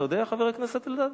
אתה יודע, חבר הכנסת אלדד?